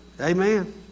Amen